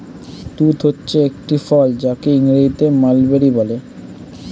তুঁত হচ্ছে একটি ফল যাকে ইংরেজিতে মালবেরি বলে